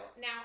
now